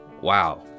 wow